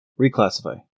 Reclassify